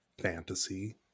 fantasy